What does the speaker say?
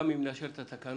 גם אם נאשר את התקנות,